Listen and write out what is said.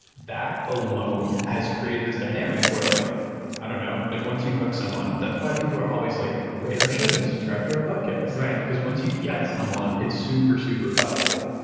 that alone has created this dynamic where like i don't know, like once you hook someone, that's why people are always like, rate our shows. subscribe to our podcast, because once you get someone, it's super, super valuable.